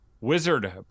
Wizard